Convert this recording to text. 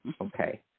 Okay